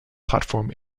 platform